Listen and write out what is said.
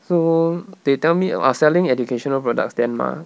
so they tell me I was selling educational products then mah